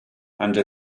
under